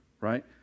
right